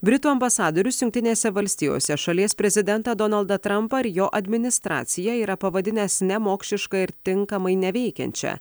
britų ambasadorius jungtinėse valstijose šalies prezidentą donaldą trampą ar jo administraciją yra pavadinęs nemokšiška ir tinkamai neveikiančią